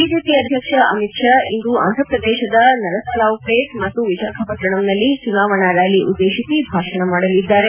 BJP ಅಧ್ಯಕ್ಷ ಅಮಿತ್ ಷಾ ಇಂದು ಆಂಧ್ರಪ್ರದೇಶದ ನರಸರಾವ್ಪೇಟ್ ಮತ್ತು ವಿಶಾಖಪಟ್ಟಣಂನಲ್ಲಿ ಚುನಾವಣಾ ರ್ನಾಲಿ ಉದ್ದೇಶಿಸಿ ಭಾಷಣ ಮಾಡಲಿದ್ದಾರೆ